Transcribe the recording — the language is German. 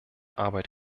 arbeit